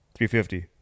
350